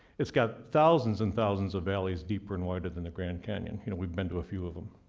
it's got thousands and thousands of valleys deeper and wider than the grand canyon. you know we've been to a few of them.